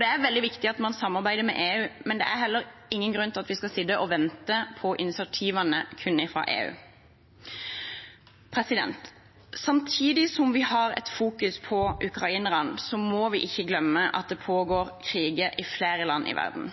Det er veldig viktig at man samarbeider med EU, men det er heller ingen grunn til at vi skal sitte og vente på initiativene kun fra EU. Samtidig som vi fokuserer på ukrainerne, må vi ikke glemme at det pågår kriger i flere land i verden.